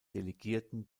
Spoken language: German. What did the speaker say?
delegierten